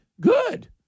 Good